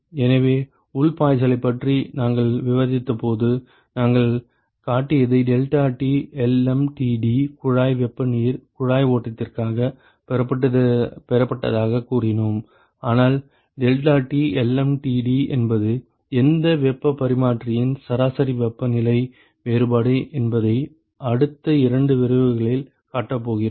எனவே உள் பாய்ச்சல்களைப் பற்றி நாங்கள் விவாதித்தபோது நாங்கள் காட்டியதை டெல்டாடி எல்எம்டிடி குழாய் வெப்ப நீர் குழாய் ஓட்டத்திற்காகப் பெறப்பட்டதாகக் கூறினோம் ஆனால் டெல்டாடி எல்எம்டிடி என்பது எந்த வெப்பப் பரிமாற்றியின் சராசரி வெப்பநிலை வேறுபாடு என்பதை அடுத்த இரண்டு விரிவுரைகளில் காட்டப் போகிறோம்